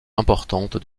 importante